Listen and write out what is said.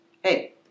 Hey